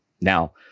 Now